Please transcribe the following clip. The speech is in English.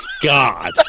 God